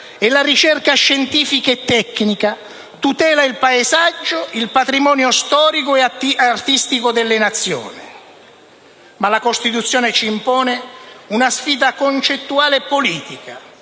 e la ricerca scientifica e tecnica. Tutela il paesaggio e il patrimonio storico e artistico della Nazione) ci impone una sfida concettuale e politica.